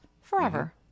forever